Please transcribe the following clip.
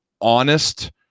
honest